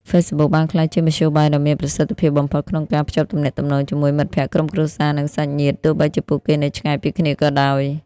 Facebook បានក្លាយជាមធ្យោបាយដ៏មានប្រសិទ្ធភាពបំផុតក្នុងការ ភ្ជាប់ទំនាក់ទំនងជាមួយមិត្តភក្តិ ក្រុមគ្រួសារ និងសាច់ញាតិ ទោះបីជាពួកគេនៅឆ្ងាយពីគ្នាក៏ដោយ។